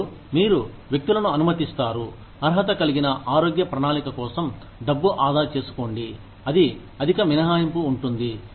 మరియు మీరు వ్యక్తులను అనుమతిస్తారు అర్హత కలిగిన ఆరోగ్య ప్రణాళిక కోసం డబ్బు ఆదా చేసుకోండి అది అధిక మినహాయింపు ఉంటుంది